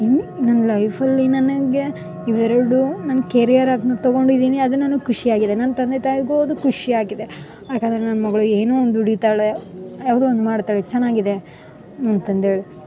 ನನ್ನ ಲೈಫಲ್ಲಿ ನನಗೆ ಇವೆರಡು ನನ್ನ ಕೆರಿಯರ್ ಆಗ್ನ ತಗೊಂಡಿದ್ದೀನಿ ಅದು ನನಗೆ ಖುಷಿ ಆಗಿದೆ ನನ್ನ ತಂದೆ ತಾಯಿಗು ಅದು ಖುಷಿ ಆಗಿದೆ ಯಾಕೆಂದರೆ ನನ್ನ ಮಗಳು ಏನೊ ಒಂದು ದುಡಿತಾಳೆ ಯಾವುದೋ ಒಂದು ಮಾಡ್ತಾಳೆ ಚೆನ್ನಾಗಿದ ಅಂತಂದೇಳಿ